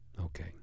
Okay